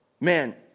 Man